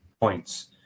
points